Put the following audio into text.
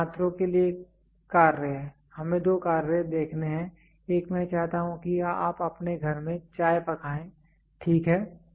तो छात्रों को कार्य हमें दो कार्य देखने दें एक मैं चाहता हूं कि आप अपने घर में चाय पकाएं ठीक है